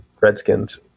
Redskins